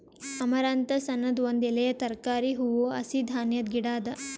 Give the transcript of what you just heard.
amaranthus ಅನದ್ ಒಂದ್ ಎಲೆಯ ತರಕಾರಿ, ಹೂವು, ಹಸಿ ಧಾನ್ಯದ ಗಿಡ ಅದಾ